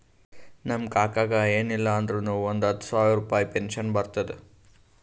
ನಮ್ ಕಾಕಾಗ ಎನ್ ಇಲ್ಲ ಅಂದುರ್ನು ಒಂದ್ ಹತ್ತ ಸಾವಿರ ರುಪಾಯಿ ಪೆನ್ಷನ್ ಬರ್ತುದ್